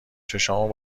چشامو